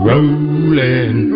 Rolling